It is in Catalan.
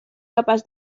capaç